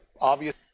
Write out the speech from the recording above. obvious